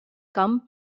come